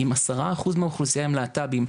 אם עשרה אחוז מהאוכלוסיה הם להט"בים,